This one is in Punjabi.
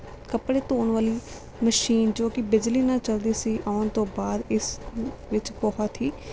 ਕੱਪੜੇ ਧੋਣ ਵਾਲੀ ਮਸ਼ੀਨ ਜੋ ਕਿ ਬਿਜਲੀ ਨਾਲ ਚੱਲਦੀ ਸੀ ਆਉਣ ਤੋਂ ਬਾਅਦ ਇਸ ਵਿੱਚ ਬਹੁਤ ਹੀ